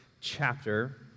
chapter